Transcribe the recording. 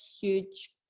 huge